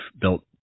built